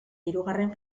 hirugarren